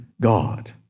God